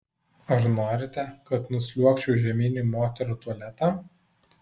ar norite kad nusliuogčiau žemyn į moterų tualetą